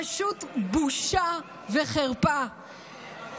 פשוט בושה וחרפה.